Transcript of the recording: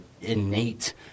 innate